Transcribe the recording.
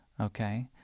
okay